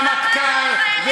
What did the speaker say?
ורמטכ"ל,